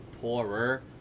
poorer